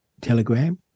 Telegram